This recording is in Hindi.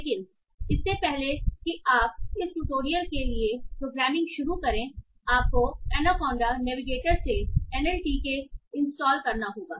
लेकिन इससे पहले कि आप इस ट्यूटोरियल के लिए प्रोग्रामिंग शुरू करेंआपको एनाकोंडा नेविगेटर से एनएलटीके इंस्टॉल करना होगा